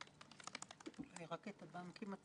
שם למרות הכול,